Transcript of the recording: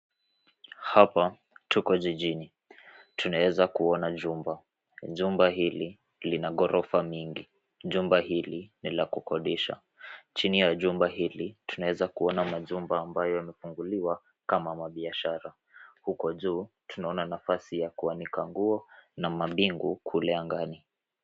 Hapa tuko jijini, tunaeza kuona jumba. Jumba hili linagorofa mingi, jumba hili ni la kukodesha. Chini la jumba hili tunaezakuona majumba ambayo yamefunguliwa kama mabiashara. Huko juu, tunaona nafasi ya kuonika nguo na mabingu kule angani.